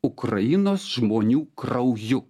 ukrainos žmonių krauju